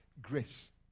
Grace